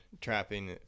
trapping